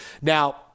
Now